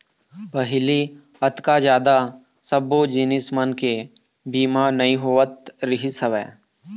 पहिली अतका जादा सब्बो जिनिस मन के बीमा नइ होवत रिहिस हवय